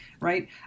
Right